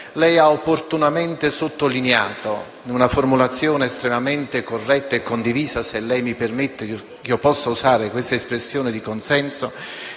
Lei ha opportunamente sottolineato, in una formulazione estremamente corretta e condivisa (se lei mi permette di usare questa espressione di consenso),